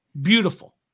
Beautiful